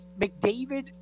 McDavid